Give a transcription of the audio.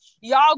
y'all